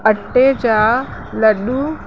अटे जा लॾूं